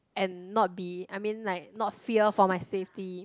and not be I mean like not fear for my safety